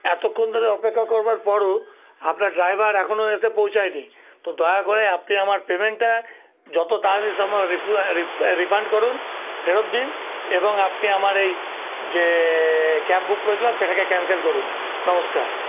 এতক্ষণ ধরে অপেক্ষা করবার পরও আপনার ড্রাইভার এখনও এসে পৌঁছাইনি তো দয়া করে আপনি আমার পেমেন্টটা যত তাড়াতাড়ি সম্ভব রিফান্ড করুন ফেরত দিন এবং আপনি আমার এই যে ক্যাব বুক করেছিলাম সেটাকে ক্যান্সেল করুন নমস্কার